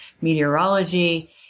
meteorology